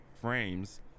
frames